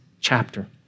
chapter